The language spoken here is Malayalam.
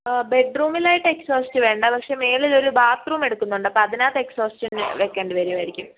ബെഡ്റൂമിലായിട്ട് എക്സോസ്റ്റ് വേണ്ട പക്ഷേ മുകളിലൊരു ബാത്ത് റൂമെടുക്കുന്നുണ്ട് അപ്പതിനകത്ത് എക്സോസ്റ്റ് വെക്കേണ്ടി വരുവായിരിക്കും